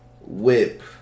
whip